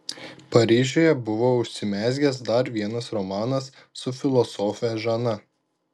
paryžiuje buvo užsimezgęs dar vienas romanas su filosofe žana